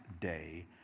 day